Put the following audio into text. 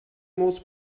most